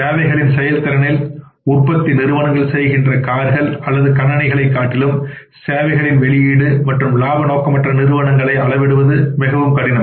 சேவைகளின் செயல்திறனில் உற்பத்தி நிறுவனங்கள் செய்கின்ற கார்கள் அல்லது கணினிகளைக் காட்டிலும்சேவைகளின் வெளியீடுமற்றும் இலாப நோக்கற்ற நிறுவனங்களை அளவிடுவது மிகவும் கடினம்